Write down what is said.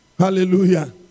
Hallelujah